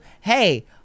hey